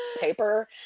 paper